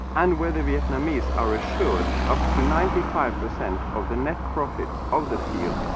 and where the vietnamese are assured up to ninety five percent of the nett profits of the field,